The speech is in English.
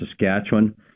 Saskatchewan